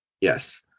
Yes